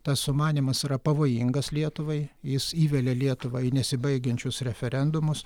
tas sumanymas yra pavojingas lietuvai jis įvelia lietuvą į nesibaigiančius referendumus